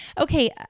okay